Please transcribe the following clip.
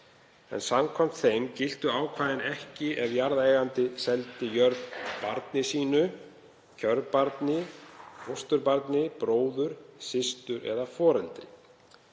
en samkvæmt þeim giltu ákvæðin ekki ef jarðeigandi seldi jörð barni sínu, kjörbarni, fósturbarni, bróður, systur eða foreldri.